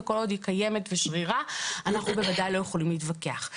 וכל עוד היא קיימת ושרירה אנחנו בוודאי לא יכולים להתווכח.